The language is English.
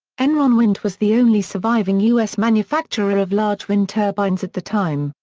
enron wind was the only surviving u s. manufacturer of large wind turbines at the time,